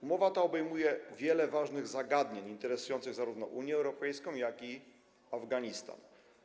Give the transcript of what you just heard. Umowa ta obejmuje wiele ważnych zagadnień, interesujących zarówno Unię Europejską, jak i Afganistan.